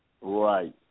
Right